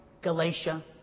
Galatia